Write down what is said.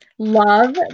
Love